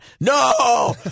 no